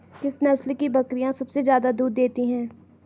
किस नस्ल की बकरीयां सबसे ज्यादा दूध देती हैं?